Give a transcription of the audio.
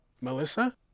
Melissa